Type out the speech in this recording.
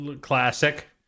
Classic